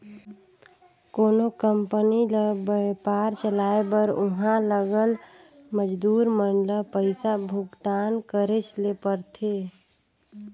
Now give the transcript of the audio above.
कोनो कंपनी ल बयपार चलाए बर उहां लगल मजदूर मन ल पइसा भुगतान करेच ले परथे